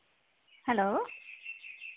hello